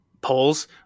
polls